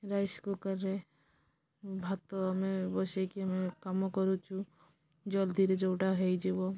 rice କୁକର୍ରେ ଭାତ ଆମେ ବସେଇକି ଆମେ କାମ କରୁଛୁ ଜଲ୍ଦିରେ ଯେଉଁଟା ହେଇଯିବ